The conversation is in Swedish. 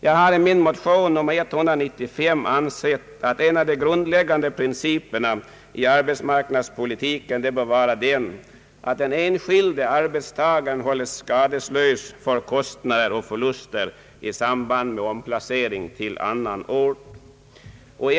Jag har i min motion nr 195 ansett att en av de grundläggande principerna i arbetsmarknadspolitiken bör vara att den enskilde arbetstagaren hålles skadeslös för kostnader och förluster i samband med omplacering till annan ort.